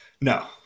No